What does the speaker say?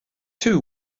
two